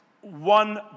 one